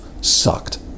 sucked